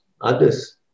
others